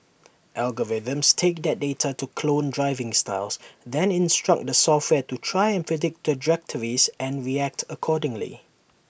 algorithms take that data to clone driving styles then instruct the software to try and predict trajectories and react accordingly